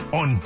on